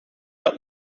had